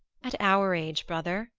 at our age, brother,